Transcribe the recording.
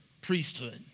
priesthood